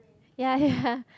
ya ya